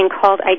called